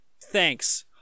thanks